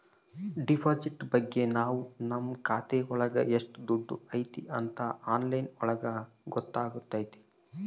deposit ಬಗ್ಗೆ ನಾವ್ ನಮ್ ಖಾತೆ ಒಳಗ ಎಷ್ಟ್ ದುಡ್ಡು ಐತಿ ಅಂತ ಆನ್ಲೈನ್ ಒಳಗ ಗೊತ್ತಾತತೆ